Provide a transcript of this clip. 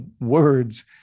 words